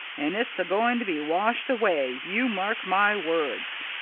and it's a-going to be washed away you mark my words!